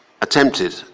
attempted